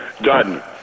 done